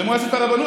במועצת הרבנות?